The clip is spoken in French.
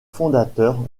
fondateur